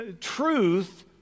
Truth